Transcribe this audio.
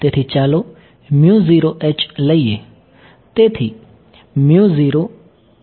તેથી ચાલો લઈએ